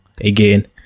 again